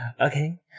Okay